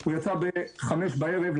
הוא יצא בחמש בערב,